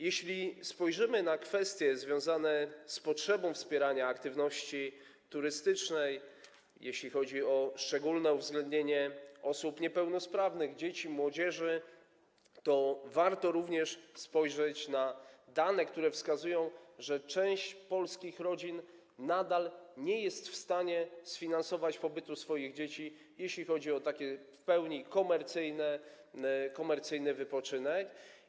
Jeśli spojrzymy na kwestie związane z potrzebą wspierania aktywności turystycznej, jeśli chodzi o szczególne uwzględnienie osób niepełnosprawnych, dzieci i młodzieży, to warto również spojrzeć na dane, które wskazują, że część polskich rodzin nadal nie jest w stanie sfinansować pobytu swoich dzieci, jeśli chodzi o taki w pełni komercyjny wypoczynek.